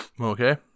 okay